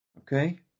okay